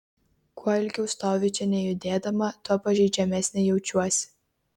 kuo ilgiau stoviu čia nejudėdama tuo pažeidžiamesnė jaučiuosi